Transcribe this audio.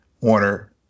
Warner